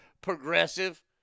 progressive